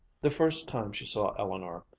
the first time she saw eleanor,